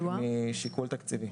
בשל שיקול תקציבי.